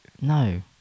No